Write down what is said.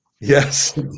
Yes